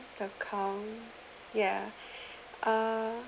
account ya uh